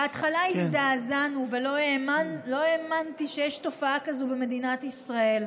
בהתחלה הזדעזענו ולא האמנתי שיש תופעה כזאת במדינת ישראל.